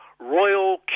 Royal